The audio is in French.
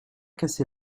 casser